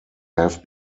have